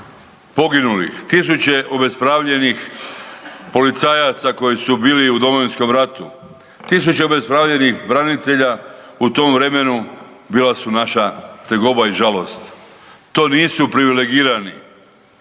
poginulih, tisuće obespravljenih policajaca koji su bili u Domovinskom ratu, tisuće obespravljenih branitelja u tom vremenu bila su naša tegoba i žalost. To nisu privilegirani,